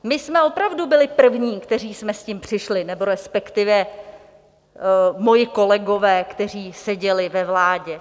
My jsme opravdu byli první, kteří jsme s tím přišli, nebo respektive moji kolegové, kteří seděli ve vládě.